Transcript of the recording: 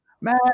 man